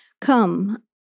Come